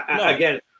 Again